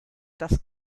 das